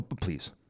Please